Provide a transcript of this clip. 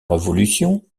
révolution